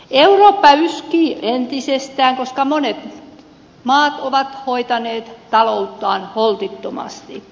eurooppa yskii entisestään koska monet maat ovat hoitaneet talouttaan holtittomasti